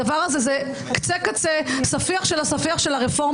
הדבר הזה הוא קצה-קצה, ספיח של הספיח של הרפורמה.